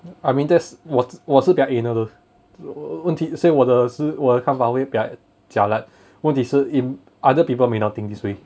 I mean that's 我我是比较 anal 的问问题现在我的是我的看法会比较 jialat 问题是 even other people may not think this way